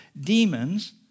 demons